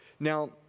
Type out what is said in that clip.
Now